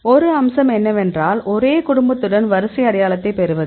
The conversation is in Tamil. ஒரு அம்சம் என்னவென்றால் ஒரே குடும்பத்துடன் வரிசை அடையாளத்தைப் பெறுவது